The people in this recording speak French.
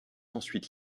ensuite